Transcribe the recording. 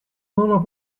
nono